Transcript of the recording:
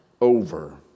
over